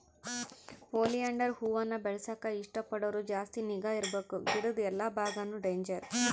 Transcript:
oleander ಹೂವಾನ ಬೆಳೆಸಾಕ ಇಷ್ಟ ಪಡೋರು ಜಾಸ್ತಿ ನಿಗಾ ಇರ್ಬಕು ಗಿಡುದ್ ಎಲ್ಲಾ ಬಾಗಾನು ಡೇಂಜರ್